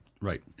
Right